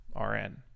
rn